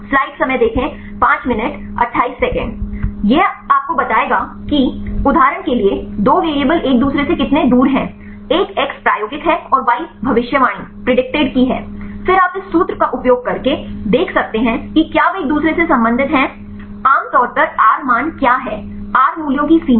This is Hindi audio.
स्लाइड समय को देखें 0528 यह आपको बताएगा कि उदाहरण के लिए दो वेरिएबल एक दूसरे से कितने दूर हैं एक एक्स प्रायोगिक है और वाई भविष्यवाणी की है फिर आप इस सूत्र का उपयोग करके देख सकते हैं कि क्या वे एक दूसरे से संबंधित हैं आम तौर पर r मान क्या है r मूल्यों की सीमा